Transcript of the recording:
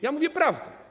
Ja mówię prawdę.